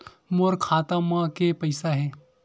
मोर खाता म के पईसा हे?